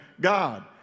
God